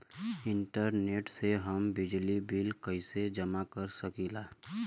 Internet से हम बिजली बिल कइसे जमा कर सकी ला?